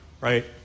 right